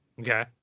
Okay